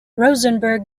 rosenberg